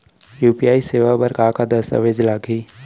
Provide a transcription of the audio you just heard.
UPI सेवा बर का का दस्तावेज लागही?